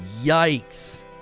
Yikes